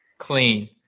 clean